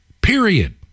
Period